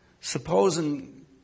Supposing